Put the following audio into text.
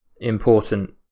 important